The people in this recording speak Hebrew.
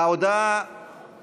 ההודעה